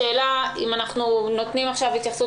השאלה אם ניתן עכשיו אפשרות להתייחסות